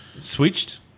switched